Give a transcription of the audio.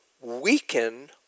weaken